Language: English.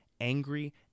angry